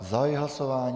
Zahajuji hlasování.